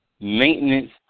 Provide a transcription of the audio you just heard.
maintenance